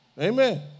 Amen